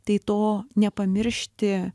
tai to nepamiršti